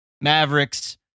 Mavericks